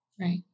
Right